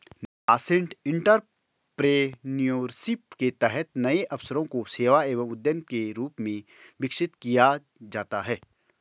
nascent entrepreneurship के तहत नए अवसरों को सेवा एवं उद्यम के रूप में विकसित किया जाता है